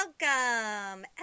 Welcome